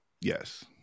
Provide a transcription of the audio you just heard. Yes